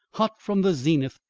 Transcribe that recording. hot from the zenith,